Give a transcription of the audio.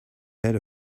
heard